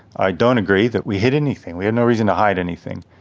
i don't agree that we hid anything, we had no reason to hide anything.